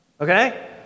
okay